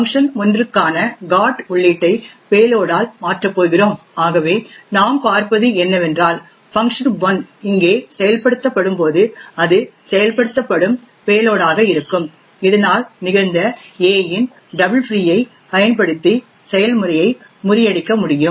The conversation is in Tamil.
fun1 க்கான GOT உள்ளீட்டை பேலோடால் மாற்றப் போகிறோம் ஆகவே நாம் பார்ப்பது என்னவென்றால் fun1 இங்கே செயல்படுத்தப்படும்போது அது செயல்படுத்தப்படும் பேலோடாக இருக்கும் இதனால் நிகழ்ந்த a இன் டபுள் ஃப்ரீ ஐ பயன்படுத்தி செயல்முறையை முறியடிக்க முடியும்